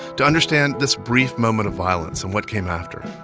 to understand this brief moment of violence and what came after.